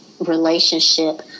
relationship